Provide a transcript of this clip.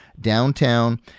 downtown